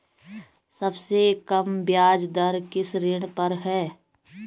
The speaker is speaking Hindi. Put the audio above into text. सबसे कम ब्याज दर किस ऋण पर है?